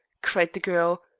cried the girl.